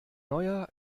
neuer